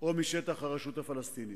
או משטח הרשות הפלסטינית.